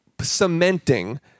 cementing